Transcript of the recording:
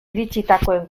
iritsitakoen